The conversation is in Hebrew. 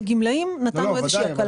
לגמלאים נתנו איזושהי הקלה.